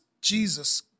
Jesus